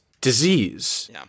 disease